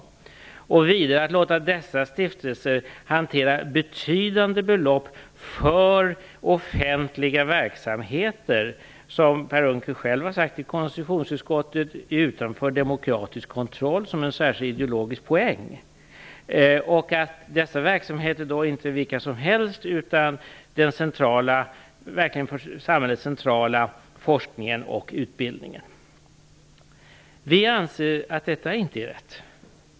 Vidare anser Moderaterna att det är rätt att låta dessa stiftelser hantera betydande belopp för offentliga verksamheter, vilket Per Unckel själv i konstitutionsutskottet har sagt är utanför demokratisk kontroll som en särskild ideologisk poäng. Dessa verksamheter är inte vilka som helst, utan den för samhället centrala forskningen och utbildningen. Vi anser att detta inte är rätt.